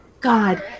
God